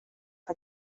för